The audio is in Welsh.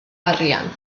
arian